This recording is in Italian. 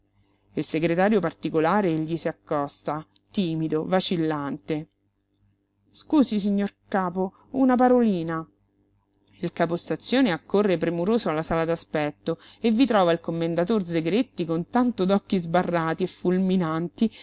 il segretario particolare gli s'accosta timido vacillante scusi signor capo una parolina il capostazione accorre premuroso alla sala d'aspetto e vi trova il commendator zegretti con tanto d'occhi sbarrati e fulminanti